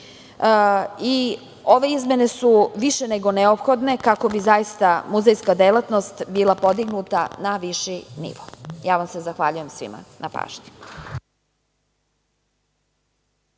izmene su više nego neophodne kako bi zaista muzejska delatnost bila podignuta na viši nivo. Zahvaljujem svima na pažnji.